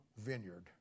vineyard